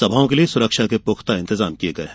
सभा के लिए सुरक्षा के पुख्ता इंतजाम किये गये हैं